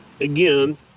again